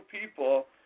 people